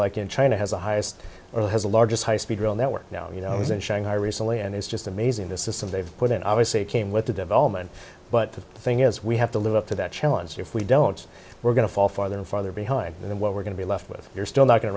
like in china has the highest or has the largest high speed rail network now you know it's in shanghai recently and it's just amazing this is some they've put in obviously came with the development but the thing is we have to live up to that challenge if we don't we're going to fall farther and farther behind than what we're going to be left with you're still not go